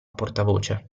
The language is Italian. portavoce